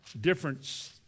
difference